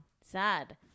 sad